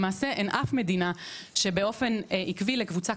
למעשה אין אף מדינה שבאופן עקבי לקבוצה